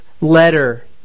letter